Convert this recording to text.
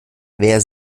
wer